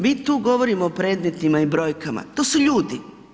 Mi tu govorimo o predmetima i brojkama, to su ljudi.